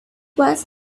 was